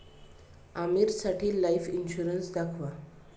आमीरसाठी life insurance दाखवा